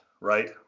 Right